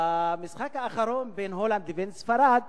במשחק האחרון בין הולנד לבין ספרד,